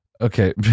Okay